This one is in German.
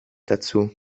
dazu